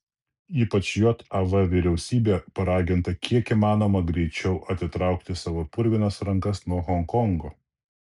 ypač jav vyriausybė paraginta kiek įmanoma greičiau atitraukti savo purvinas rankas nuo honkongo